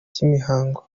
cy’imihango